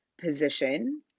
position